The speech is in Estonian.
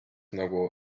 nagu